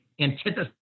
antithesis